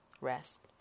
Rest